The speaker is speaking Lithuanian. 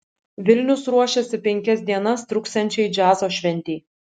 vilnius ruošiasi penkias dienas truksiančiai džiazo šventei